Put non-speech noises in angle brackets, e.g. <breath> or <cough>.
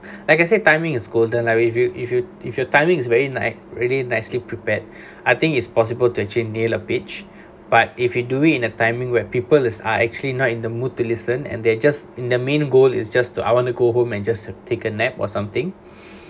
like I say timing is golden like if you if you if your timings is very nice very nicely prepared <breath> I think it's possible to achieve near a beach but if you do it in a timing where people is are actually not in the mood to listen and they're just in the main goal is just to I want to go home and just to take a nap or something <breath>